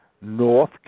North